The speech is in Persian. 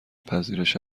پذیرش